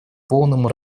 полному